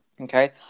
Okay